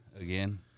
again